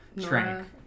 trank